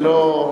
ולא,